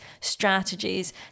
strategies